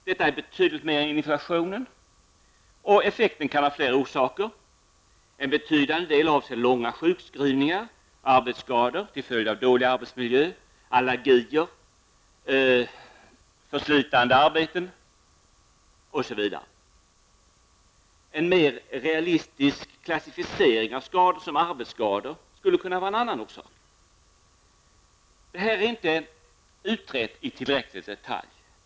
Detta är betydligt mer än inflationen, och effekten kan ha flera orsaker. En betydande del avser långa sjukskrivningar och arbetsskador till följd av dålig arbetsmiljö, allergier, förslitande arbeten, osv. En mer realistisk klassificering av skador som arbetsskador skulle kunna vara en annan orsak. Det här är inte tillräckligt utrett i detalj.